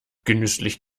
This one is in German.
genüsslich